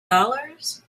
dollars